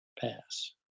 pass